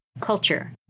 culture